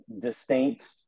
distinct